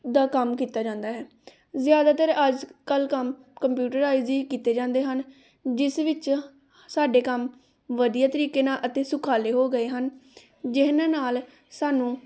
ਦਾ ਕੰਮ ਕੀਤਾ ਜਾਂਦਾ ਹੈ ਜ਼ਿਆਦਾਤਰ ਅੱਜ ਕੱਲ ਕੰਮ ਕੰਪਿਊਟਰਰਾਈਜ ਹੀ ਕੀਤੇ ਜਾਂਦੇ ਹਨ ਜਿਸ ਵਿੱਚ ਸਾਡੇ ਕੰਮ ਵਧੀਆ ਤਰੀਕੇ ਨਾਲ ਅਤੇ ਸੁਖਾਲੇ ਹੋ ਗਏ ਹਨ ਜਿਹਨਾਂ ਨਾਲ ਸਾਨੂੰ